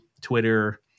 Twitter